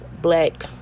black